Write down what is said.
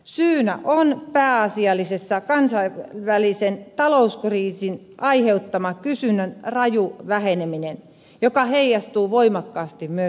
syynä on pääasiallisesti kansainvälisen talouskriisin aiheuttama kysynnän raju väheneminen joka heijastuu voimakkaasti myös suomeen